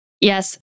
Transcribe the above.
Yes